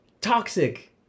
Toxic